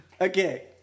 Okay